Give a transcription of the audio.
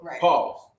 Pause